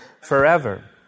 forever